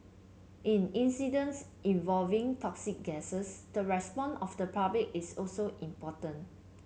in incidents involving toxic gases the response of the public is also important